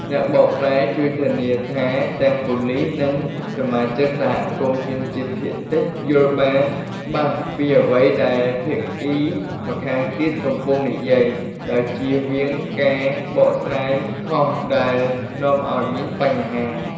អ្នកបកប្រែជួយធានាថាទាំងប៉ូលិស និងសមាជិកសហគមន៍ជនជាតិភាគតិចយល់បានច្បាស់ពីអ្វីដែលភាគីម្ខាងទៀតកំពុងនិយាយ ដោយជៀសវាងការបកស្រាយខុសដែលនាំឱ្យមានបញ្ហា។